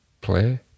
play